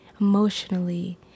emotionally